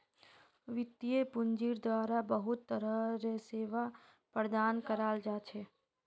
वित्तीय पूंजिर द्वारा बहुत तरह र सेवा प्रदान कराल जा छे